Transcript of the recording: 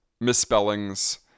misspellings